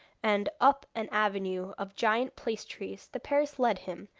and up an avenue of giant place trees the peris led him,